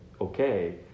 okay